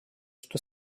что